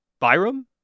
Byram